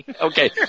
Okay